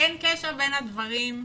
אין קשר בין הדברים,